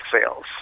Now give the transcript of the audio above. sales